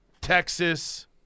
Texas